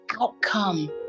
outcome